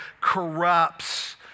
corrupts